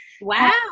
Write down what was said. Wow